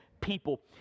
people